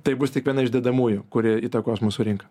tai bus tik viena iš dedamųjų kuri įtakos mūsų rinką